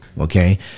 Okay